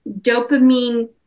dopamine